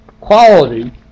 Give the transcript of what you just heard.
quality